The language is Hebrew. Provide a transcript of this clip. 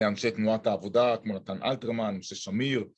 מאנשי תנועת העבודה, כמו נתן אלתרמן, משה שמיר